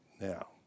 Now